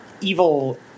evil